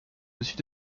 dessus